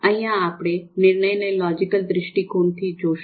અહિયાં આપણે નિર્ણયોને લોજિકલ દ્રષ્ટિકોણથી જોશું